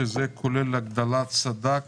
שזה כולל הגדלת סד"כ